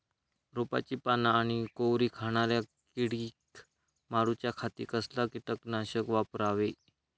रोपाची पाना आनी कोवरी खाणाऱ्या किडीक मारूच्या खाती कसला किटकनाशक वापरावे?